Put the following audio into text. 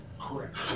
Correct